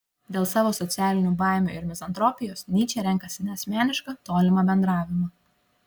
dėl savo socialinių baimių ir mizantropijos nyčė renkasi neasmenišką tolimą bendravimą